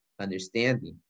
understanding